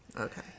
Okay